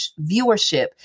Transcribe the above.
viewership